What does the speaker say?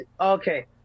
Okay